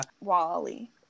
Wally